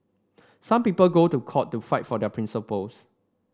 some people go to court to fight for their principles